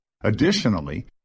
Additionally